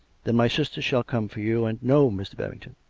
then my sister shall come for you, and no, mr. babington,